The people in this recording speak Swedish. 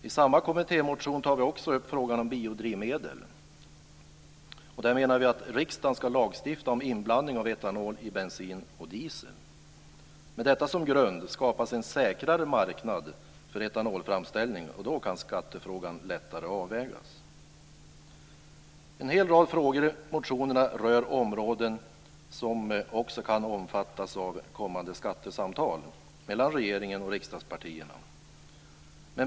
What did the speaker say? I samma kommittémotion tar vi också upp frågan om biodrivmedel. Vi menar att riksdagen ska lagstifta om inblandning av etanol i bensin och diesel. Med detta som grund skapas en säkrare marknad för etanolframställning, och då kan skattefrågan lättare avvägas. En hel rad frågor i motionerna rör områden som också kan omfattas av kommande skattesamtal mellan regeringen och riksdagspartierna.